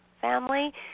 family